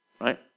right